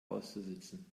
auszusitzen